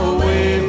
Away